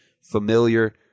familiar